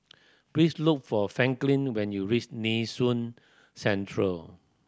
please look for Franklin when you reach Nee Soon Central